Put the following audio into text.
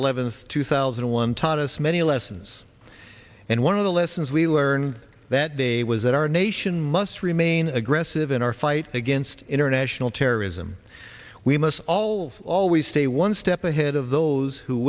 eleventh two thousand and one taught us many lessons and one of the lessons we learned that day was that our nation must remain aggressive in our fight against international terrorism we must all always stay one step ahead of those who